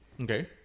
Okay